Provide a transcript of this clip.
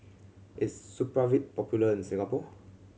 is Supravit popular in Singapore